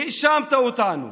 האשמת אותנו